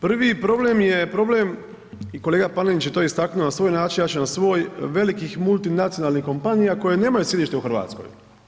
Prvi problem je problem i kolega Panenić je to istaknuo na svoj način, ja ću na svoj, velikih multinacionalnih kompanija koje nemaju sjedište u Hrvatskoj.